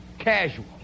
casual